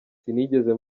sinigeze